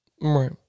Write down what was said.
right